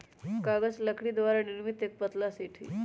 कागज लकड़ी द्वारा निर्मित एक पतला शीट हई